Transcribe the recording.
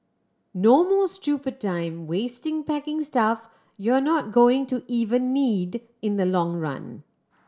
no more stupid time wasting packing stuff you're not going to even need in the long run